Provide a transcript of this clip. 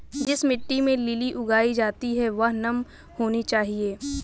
जिस मिट्टी में लिली उगाई जाती है वह नम होनी चाहिए